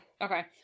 Okay